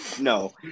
no